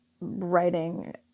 writing